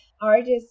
artists